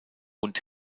und